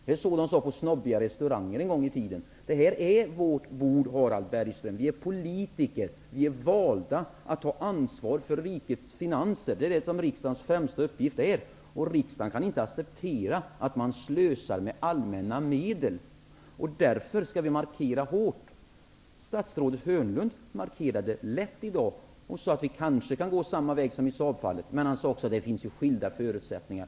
Så sade man på snobbiga restauranger en gång i tiden. Men här är det verkligen fråga om vårt bord, Harald Bergström. Vi är politiker, dvs. valda för ta ansvar för rikets finanser. Det är riksdagens främsta uppgift. Riksdagen kan inte acceptera att det slösas med allmänna medel. Därför skall vi ordentligt markera här. Statsrådet Hörnlund gjorde en lätt markering tidigare i dag och sade att vi kanske kan gå samma väg som i Saabfallet. Men han sade också att det finns skilda förutsättningar.